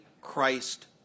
Christ